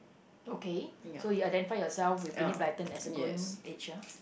okay so you identify yourself with Enid-Blyton as a growing age ah